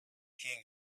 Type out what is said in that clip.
king